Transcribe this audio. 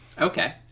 Okay